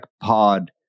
pod